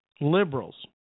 Liberals